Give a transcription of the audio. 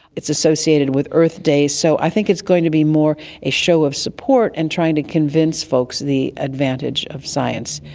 it's associated with earth day. so i think it's going to be more a show of support and trying to convince folks the advantage of science.